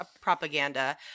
propaganda